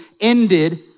ended